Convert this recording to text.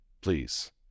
please